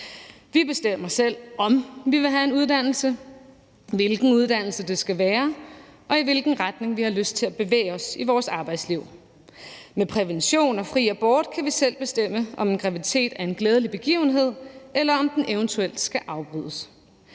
Vi bestemmer selv, om vi vil have en uddannelse, hvilken uddannelse det skal være, og i hvilken retning vi har lyst til at bevæge os i vores arbejdsliv. Med prævention og fri abort kan vi selv bestemme, om en graviditet er en glædelig begivenhed, eller om den eventuelt skal afbrydes.